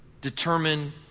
determine